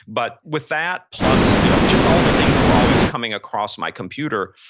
but with that plus you know but just all the things that were always coming across my computer,